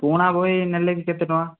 ପୁରୁଣା ବହି ନେଲେ ବି କେତେ ଟଙ୍କା